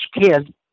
kid